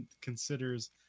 considers